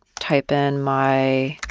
type in my